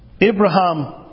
Abraham